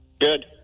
Good